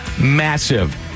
massive